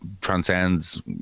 transcends